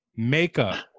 Makeup